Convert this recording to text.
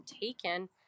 taken